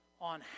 on